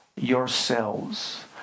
yourselves